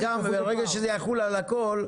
ברקע שזה יחול על הכול,